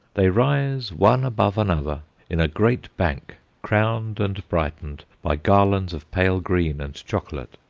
they rise one above another in a great bank, crowned and brightened by garlands of pale green and chocolate.